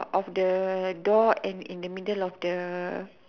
of the door and in the middle of the